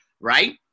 right